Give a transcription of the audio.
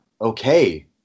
okay